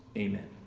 amen.